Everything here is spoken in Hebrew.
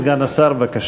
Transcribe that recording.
סגן השר, בבקשה.